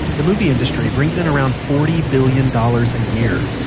the movie industry brings in around forty billion dollars a year.